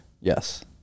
Yes